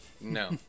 No